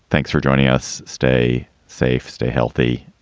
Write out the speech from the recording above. thanks for joining us. stay safe. stay healthy.